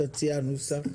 תציע נוסח.